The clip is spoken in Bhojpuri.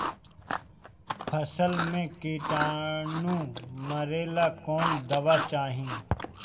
फसल में किटानु मारेला कौन दावा चाही?